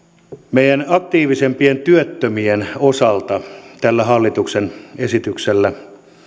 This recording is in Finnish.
meidän aktiivisimpien työttömien osalta tällä hallituksen esityksellä